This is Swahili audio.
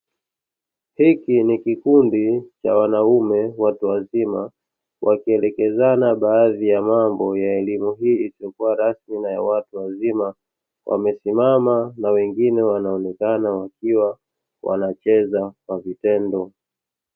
Hiki ni kikundi cha wanaume watu wazima wakielekezana baadhi ya mambo ya elimu hii isiyokuwa rasmi na ya watu wazima wamesimama na wengine wanaonekana wakiwa wanacheza kwa vitendo.